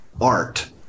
art